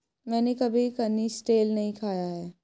मैंने कभी कनिस्टेल नहीं खाया है